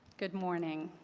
good morning.